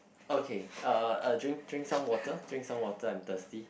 okay uh uh drink drink some water drink some water I'm thirsty